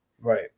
Right